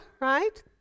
right